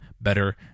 better